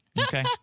Okay